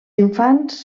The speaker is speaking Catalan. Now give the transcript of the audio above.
infants